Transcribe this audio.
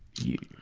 you